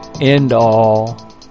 end-all